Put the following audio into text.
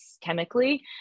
chemically